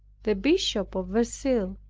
the bishop of verceil,